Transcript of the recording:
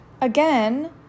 again